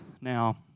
Now